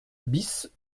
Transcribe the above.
bis